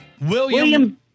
William